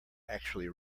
actually